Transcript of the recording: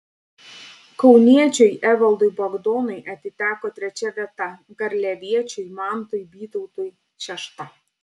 kauniečiui evaldui bagdonui atiteko trečia vieta garliaviečiui mantui bytautui šešta